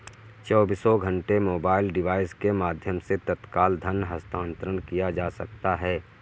चौबीसों घंटे mobile device के माध्यम से तत्काल धन हस्तांतरण किया जा सकता है